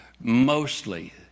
mostly